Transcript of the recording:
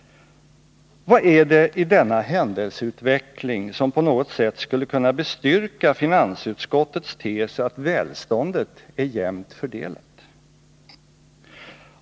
Vad är det i denna händelseutveckling som på något sätt skulle kunna bestyrka finansutskottets tes att välståndet är jämnt fördelat?